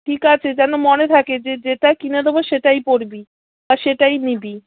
ঠিক আছে যেন মনে থাকে যে যেটা কিনে দেবো সেটাই পরবি আর সেটাই নিবি